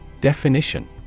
Definition